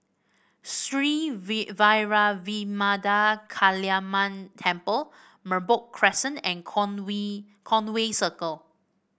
Sri Vairavimada Kaliamman Temple Merbok Crescent and Conway Circle